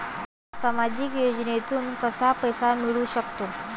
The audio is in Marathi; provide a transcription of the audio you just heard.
सामाजिक योजनेतून कसा पैसा मिळू सकतो?